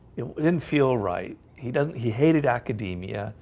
it it didn't feel right he doesn't he hated academia.